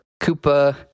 Koopa